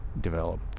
develop